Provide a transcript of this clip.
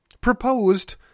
proposed